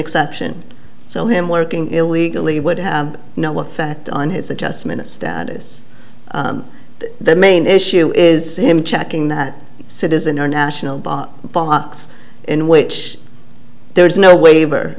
exception so him working illegally would have no effect on his adjustment of status the main issue is him checking that citizen international box in which there is no waiver